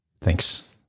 Thanks